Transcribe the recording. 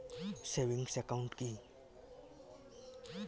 Savings account কি?